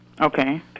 Okay